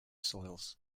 soils